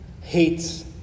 hates